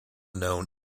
known